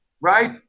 right